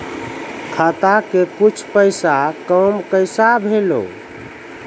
खाता के कुछ पैसा काम कैसा भेलौ?